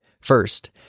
First